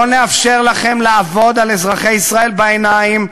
לא נאפשר לכם לעבוד על אזרחי ישראל בעיניים.